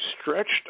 stretched